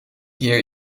hier